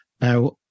Now